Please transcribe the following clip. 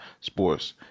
Sports